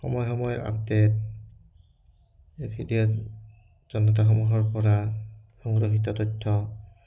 সময়ে সময়ে update video জনতাসমূহৰপৰা সংৰক্ষিত তথ্য